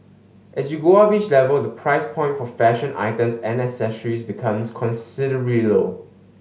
as you go up each level the price point for fashion items and accessories becomes low